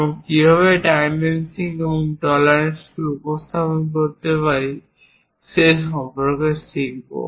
এবং কীভাবে ডাইমেনশনিং এবং টলারেন্স কে উপস্থাপন করতে পারি সে সম্পর্কে শিখব